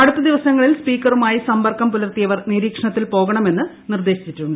അടൂത്ത് പ്രദിവസങ്ങളിൽ സ്പീക്കറുമായി സമ്പർക്കം പുലർത്തിയവർ നിരീക്ഷണത്തിൽ പോകണമെന്ന് നിർദ്ദേശിച്ചിട്ടുണ്ട്